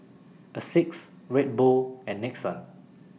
Asics Red Bull and Nixon